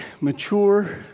mature